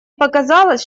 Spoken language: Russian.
показалось